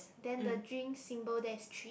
then the drink symbol there is three